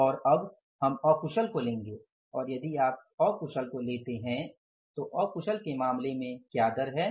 और अब हम अकुशल को लेंगे और यदि आप अकुशल को लेते हैं तो अकुशल के मामले में क्या दर है